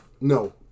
no